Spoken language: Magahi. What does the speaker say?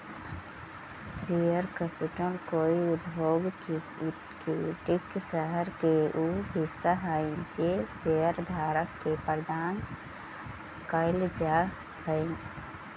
शेयर कैपिटल कोई उद्योग के इक्विटी या शहर के उ हिस्सा हई जे शेयरधारक के प्रदान कैल जा हई